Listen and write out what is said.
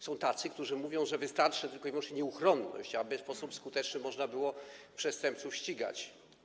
Są tacy, którzy mówią, że wystarczy tylko i wyłącznie nieuchronność, aby w sposób skuteczny można było przestępców ścigać.